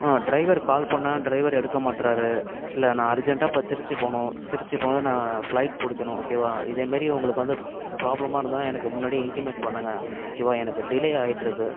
ஆ ட்ரைவருக்கு கால் பண்ணால் ட்ரைவர் எடுக்க மாட்டுறாரு இல்லை நான் அர்ஜென்ட்டாக இப்போ திருச்சி போகணும் திருச்சி போய் நான் ஃப்ளைட் பிடிக்கணும் ஓகேவா இதே மாரி உங்களுக்கு வந்து ப்ராப்ளமாக இருந்ததுனா எனக்கு முன்னாடியே இன்ட்டிமேட் பண்ணுங்கள் ஓகேவா எனக்கு டிலே ஆயிட்டிருக்கு